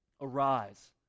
Arise